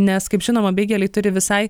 nes kaip žinoma beigeliai turi visai